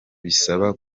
bisaba